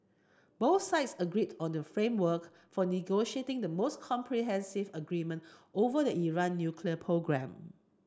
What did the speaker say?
both sides agreed on the framework for negotiating the most comprehensive agreement over the Iran nuclear programme